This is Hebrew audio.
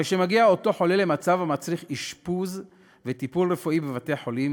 הרי כאשר אותו חולה מגיע למצב המצריך אשפוז וטיפול רפואי בבתי-חולים,